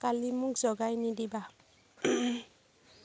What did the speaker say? কালি মোক জগাই নিদিবা